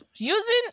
Using